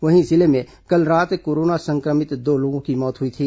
वहीं जिले में कल रात कोरोना संक्रमित दो लोगों की मौत हुई थी